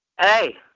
Hey